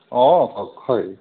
অঁ কওঁক হয়